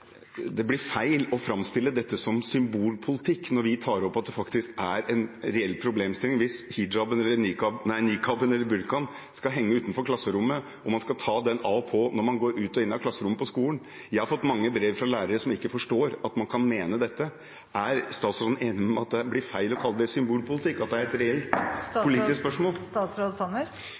det blir feil å framstille dette som symbolpolitikk når vi tar opp at det faktisk er en reell problemstilling hvis nikaben eller burkaen skal henge utenfor klasserommet, og man skal ta den av og på når man går inn og ut av klasserommet på skolen? Jeg har fått mange brev fra lærere som ikke forstår at man kan mene dette. Er statsråden enig med meg i at det blir feil å kalle det symbolpolitikk – at det er et reelt politisk spørsmål?